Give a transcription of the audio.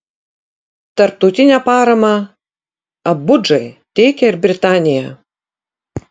tarptautinę paramą abudžai teikia ir britanija